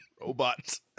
robots